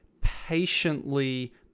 patiently